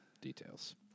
Details